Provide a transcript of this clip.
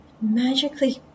magically